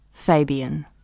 Fabian